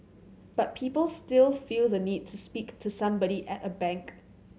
but people still feel the need to speak to somebody at a bank